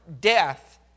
death